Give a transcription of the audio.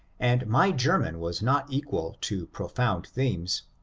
and my german was not equal to profound themes,